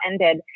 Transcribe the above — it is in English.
ended